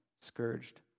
scourged